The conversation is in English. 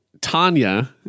Tanya